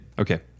okay